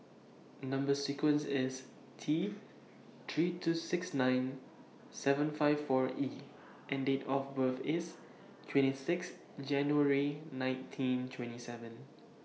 Number sequence IS T three two six nine seven five four E and Date of birth IS twenty six January nineteen twenty seven